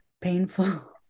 painful